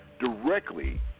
Directly